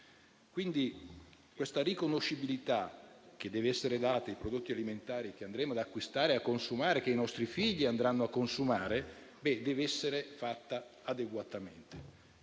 Questa riconoscibilità, che deve essere data ai prodotti alimentari che andremo ad acquistare e a consumare e che i nostri figli andranno a consumare, deve essere fatta adeguatamente.